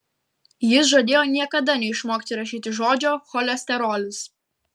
jis žadėjo niekada neišmokti rašyti žodžio cholesterolis